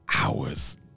hours